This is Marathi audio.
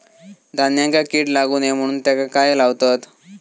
धान्यांका कीड लागू नये म्हणून त्याका काय लावतत?